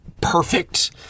perfect